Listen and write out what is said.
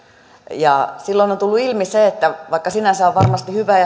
silloin on on tullut ilmi se että vaikka sinänsä on varmasti hyvä